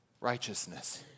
Righteousness